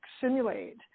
simulate